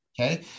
Okay